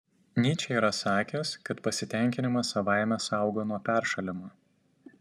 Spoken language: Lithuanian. nyčė yra sakęs kad pasitenkinimas savaime saugo nuo peršalimo